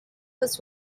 was